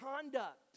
conduct